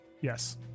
Yes